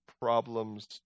problems